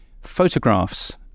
photographs